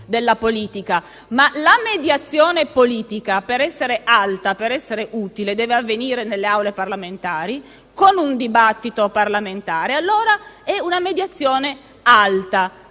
La mediazione politica però per essere alta e utile deve avvenire nelle Aule parlamentari, con un dibattito parlamentare. Allora è una mediazione alta.